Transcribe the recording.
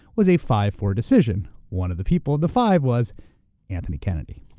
was a five four decision. one of the people of the five was anthony kennedy.